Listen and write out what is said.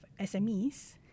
SMEs